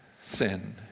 sin